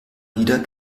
wieder